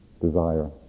desire